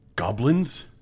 Goblins